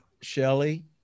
Shelly